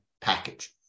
package